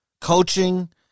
coaching